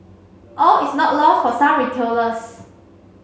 all is not lost for some retailers